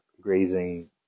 grazing